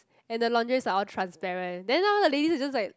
and the lingeries are all transparent then now the ladies are just like